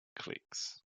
clicks